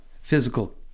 physical